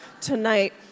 tonight